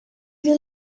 you